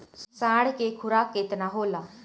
साँढ़ के खुराक केतना होला?